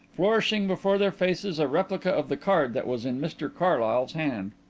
flourishing before their faces a replica of the card that was in mr carlyle's hand.